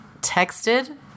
texted